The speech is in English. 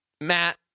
matt